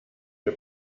für